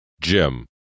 Jim